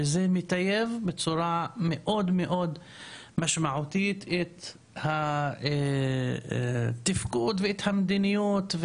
שזה מטייב בצורה מאד משמעותית את התפקוד ואת המדיניות,